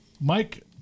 Mike